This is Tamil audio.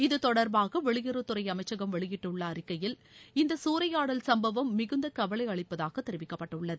இதுதொடர்பாக வெளியுறவுத்துறை அமைச்சகம் வெளியிட்டுள்ள அறிக்கையில் இந்த சூறையாடல் சம்பவம் மிகுந்த கவலை அளிப்பதாக தெரிவிக்கப்பட்டுள்ளது